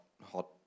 hot